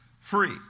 free